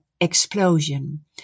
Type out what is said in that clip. explosion